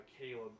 Caleb